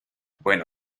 bueno